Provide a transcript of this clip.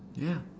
ya